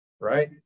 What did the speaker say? right